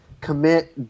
commit